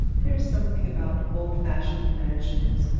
there is something about old-fashioned mansions,